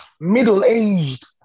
middle-aged